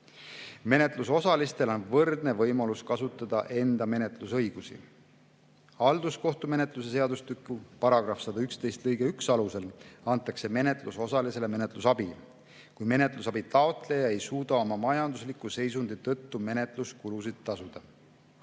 Menetlusosalistel on võrdne võimalus kasutada enda menetlusõigusi. Halduskohtumenetluse seadustiku § 111 lõike 1 alusel antakse menetlusosalisele menetlusabi, kui menetlusabi taotleja ei suuda oma majandusliku seisundi tõttu menetluskulusid tasuda